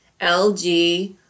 LG